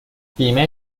بیمه